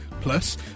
Plus